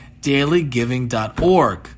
dailygiving.org